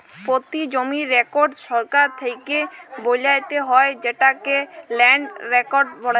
পতি জমির রেকড় সরকার থ্যাকে বালাত্যে হয় যেটকে ল্যান্ড রেকড় বলে